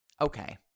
okay